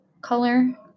color